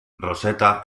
roseta